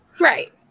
Right